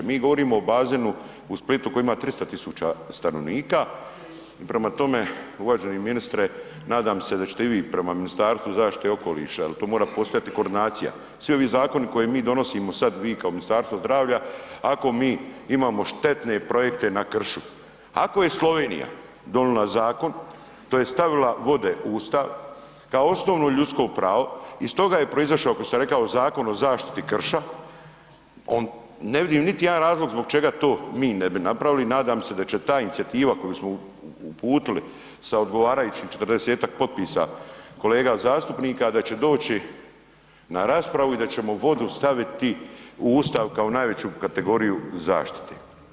Mi govorimo o bazenu u Splitu koji ima 300 000 stanovnika i prema tome uvaženi ministre nadam se da ćete i vi prema Ministarstvu zaštite i okoliša jel tu mora postojati koordinacija, svi ovi zakoni koje mi donosimo sad, vi kao Ministarstvo zdravlja, ako mi imamo štetne projekte na kršu, ako je Slovenija donila zakon tj. stavila vode u Ustav kao osnovno ljudsko pravo i stoga je proizašao košto sam rekao Zakon o zaštiti krša, on, ne vidim niti jedan razlog zbog čega to mi ne bi napravili, nadam se da će ta inicijativa koju smo uputili sa odgovarajućih 40-tak potpisa kolega zastupnika da će doći na raspravu i da ćemo vodu staviti u Ustav kao najveću kategoriju zaštite.